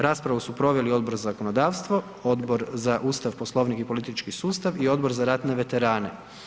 Raspravu su proveli Odbor za zakonodavstvo, Odbor za Ustav, Poslovnik i politički sustav i Odbor za ratne veterane.